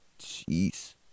Jeez